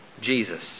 Jesus